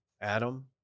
Adam